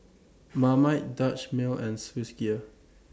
Marmite Dutch Mill and Swissgear